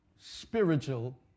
Spiritual